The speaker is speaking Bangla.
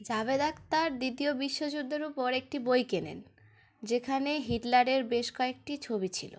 জাভেদ আখতার দ্বিতীয় বিশ্বযুদ্ধের ও উপর একটি বই কেনেন যেখানে হিটলারের বেশ কয়েকটি ছবি ছিলো